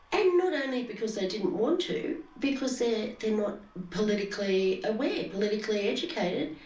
and not only because they didn't want to, because ah they're not politically aware, politically educated,